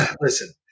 listen